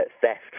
theft